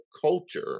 culture